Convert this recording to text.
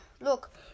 Look